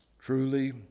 Truly